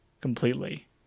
completely